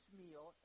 meal